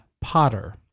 Potter